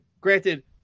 granted